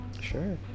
Sure